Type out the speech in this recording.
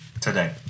today